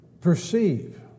perceive